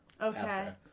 Okay